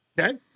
Okay